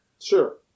Sure